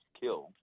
killed